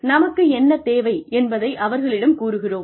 நமக்கு என்ன தேவை என்பதை அவர்களிடம் கூறுகிறோம்